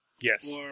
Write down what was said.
Yes